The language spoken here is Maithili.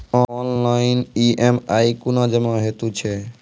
ऑनलाइन ई.एम.आई कूना जमा हेतु छै?